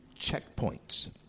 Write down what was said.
checkpoints